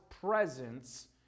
presence